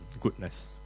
goodness